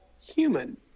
human